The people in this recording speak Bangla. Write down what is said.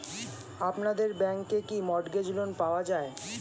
আপনাদের ব্যাংকে কি মর্টগেজ লোন পাওয়া যায়?